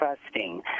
trusting